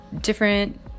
different